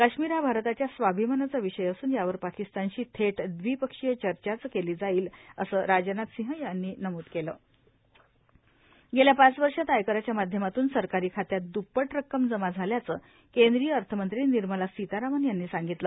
काश्मीर हा भारताच्या स्वाभिमानाचा विषय असूनए यावर पाकिस्तानशी थेट दवीपक्षीय चर्चाच केली जाईलए असं राजनाथसिंह यांनी नमूद केलंण गेल्या पाच वर्षांत आयकाराच्या माध्यमातून सरकारी खात्यात दुपट रक्कम जमा झाल्याचं केंद्रीय अर्थमंत्री निर्मला सितारामन् यांनी सांगितले